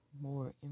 more